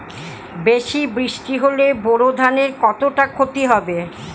বেশি বৃষ্টি হলে বোরো ধানের কতটা খতি হবে?